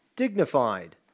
Dignified